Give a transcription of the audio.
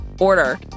order